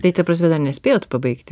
tai ta prasme dar nespėjot pabaigti